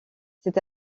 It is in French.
cet